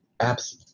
apps